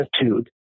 attitude